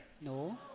No